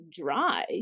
dry